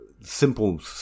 simple